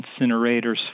incinerators